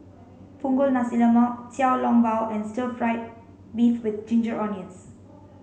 Punggol Nasi Lemak Xiao Long Bao and stir fried beef with ginger onions